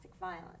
violence